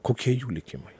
kokie jų likimai